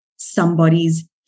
somebody's